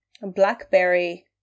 Blackberry